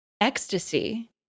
ecstasy